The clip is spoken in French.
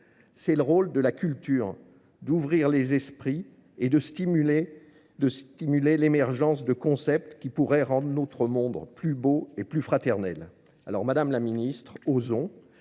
C'est le rôle de la culture d'ouvrir les esprits et de stimuler l'émergence de concepts qui pourraient rendre notre monde plus beau et plus fraternel.